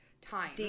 time